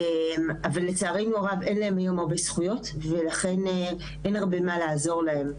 אבל לצערנו הרב אין להם היום הרבה זכויות ולכן אין הרבה מה לעזור להם.